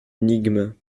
énigme